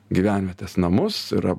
gyvenvietės namus ir